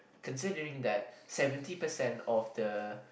considering that seventy percent of the